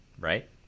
right